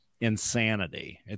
insanity